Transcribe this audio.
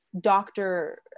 doctor